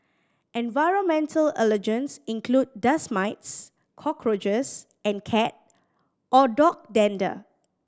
environmental allergens include dust mites cockroaches and cat or dog dander